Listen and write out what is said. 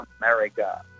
America